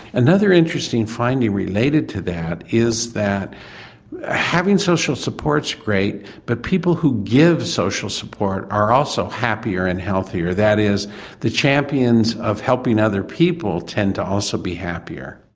another interesting finding related to that is that ah having social support is great but people who give social support are also happier and healthier. that is the champions of helping other people tend to also be happier.